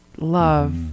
love